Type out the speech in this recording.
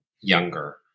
younger